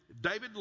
David